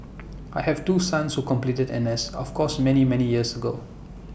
I have two sons who completed N S of course many many years ago